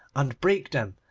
and brake them,